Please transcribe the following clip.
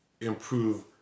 improve